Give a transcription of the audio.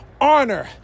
honor